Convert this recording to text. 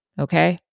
okay